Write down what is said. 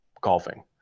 golfing